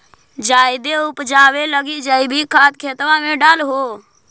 जायदे उपजाबे लगी जैवीक खाद खेतबा मे डाल हो?